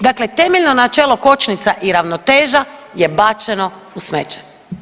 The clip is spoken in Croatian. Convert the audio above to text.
Dakle, temeljno načelo kočnica i ravnoteža je bečeno u smeće.